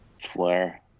flare